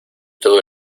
todo